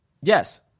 Yes